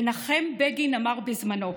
מנחם בגין אמר בזמנו: